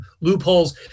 loopholes